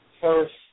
First